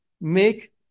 make